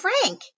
Frank